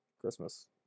Christmas